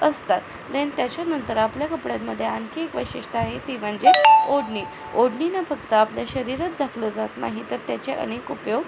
असतात देन त्याच्यानंतर आपल्या कपड्यांमध्ये आणखी एक वैशिष्ट्य आहे ती म्हणजे ओढणी ओढणीनं फक्त आपल्या शरीरच झाकलं जात नाही तर त्याचे अनेक उपयोग